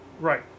Right